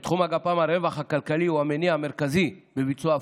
בתחום הגפ"ם הרווח הכלכלי הוא מניע מרכזי בביצוע הפרות,